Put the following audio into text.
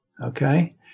Okay